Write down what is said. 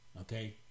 okay